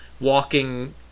walking